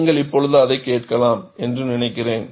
நீங்கள் இப்போது அதைக் கேட்கலாம் என்று நினைக்கிறேன்